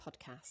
podcast